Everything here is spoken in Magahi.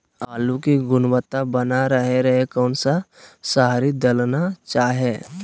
आलू की गुनबता बना रहे रहे कौन सा शहरी दलना चाये?